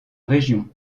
région